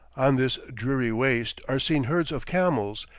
on this dreary waste are seen herds of camels,